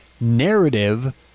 narrative